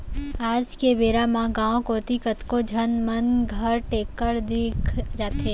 आज के बेरा म गॉंव कोती कतको झन मन घर टेक्टर दिख जाथे